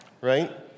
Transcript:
right